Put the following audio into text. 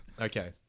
okay